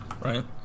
right